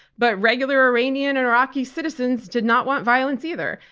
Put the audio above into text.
but regular iranian and iraqi citizens did not want violence either,